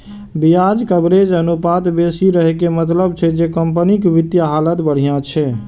ब्याज कवरेज अनुपात बेसी रहै के मतलब छै जे कंपनीक वित्तीय हालत बढ़िया छै